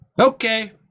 Okay